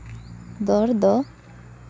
ᱫᱚᱨ ᱫᱚ